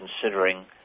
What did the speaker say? considering